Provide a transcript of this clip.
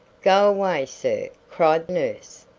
go away, sir, cried nurse.